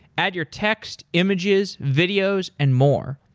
add your text, images, videos and more.